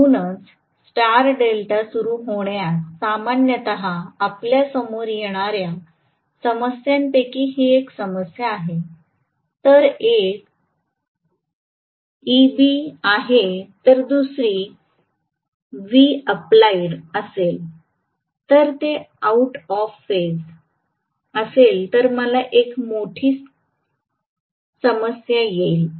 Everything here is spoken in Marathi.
म्हणूनच स्टार डेल्टा सुरू होण्यास सामान्यत आपल्यासमोर येणाऱ्या समस्यांपैकी ही एक समस्या आहे तर एक Eb आहे तर दुसरी Vapplied असेल जर ते आऊट ऑफ फेज असेल तर मला एक मोठी समस्या येईल